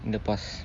in the past